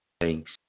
thanks